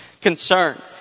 concern